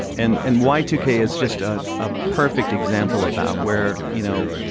and and y two k is just a ah perfect example of that where, you know,